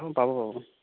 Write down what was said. অঁ পাব পাব